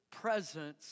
Presence